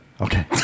okay